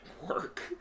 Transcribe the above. work